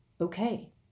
Okay